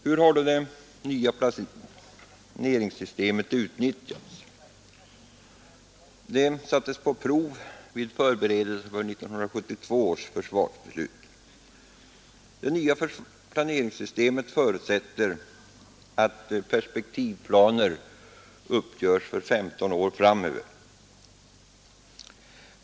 Hur har då det nya planeringssystemet utnyttjats? Det sattes på prov vid förberedelserna för 1972 års försvarsbeslut. Det nya planeringssystemet förutsätter att perspektivplaner uppgörs för 15 år framöver.